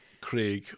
Craig